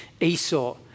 Esau